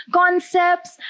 concepts